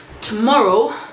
tomorrow